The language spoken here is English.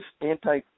anti